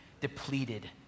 depleted